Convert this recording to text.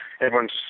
everyone's